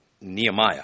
Nehemiah